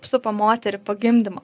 supa moterį po gimdymo